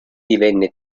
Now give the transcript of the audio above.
divenne